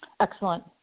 Excellent